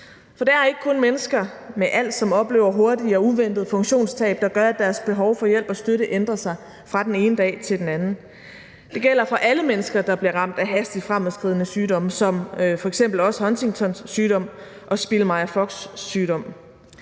For det er ikke kun mennesker med als, som oplever hurtige og uventede funktionstab, der gør, at deres behov for hjælp og støtte ændrer sig fra den ene dag til den anden. Det gælder for alle mennesker, der bliver ramt af hastigt fremadskridende sygdomme som f.eks. Huntingtons sygdom og Spielmeyer-Vogts sygdom.